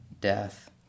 death